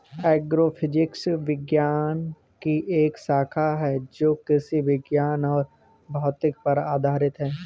agrophysics विज्ञान की एक शाखा है जो कृषि विज्ञान और भौतिकी पर आधारित है